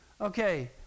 Okay